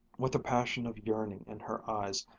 with a passion of yearning in her eyes,